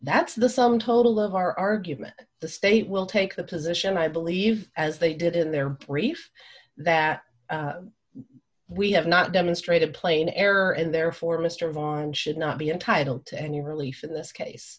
that's the sum total of our argument the state will take the position i believe as they did in their brief that we have not demonstrated a plain error and therefore mr von should not be entitled to any relief in this case